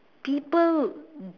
people